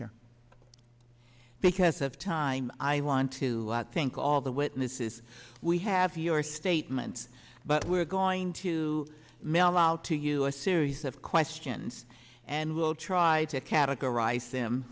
sure because of time i want to thank all the witnesses we have your statements but we're going to mail out to you a series of questions and we'll try to categorize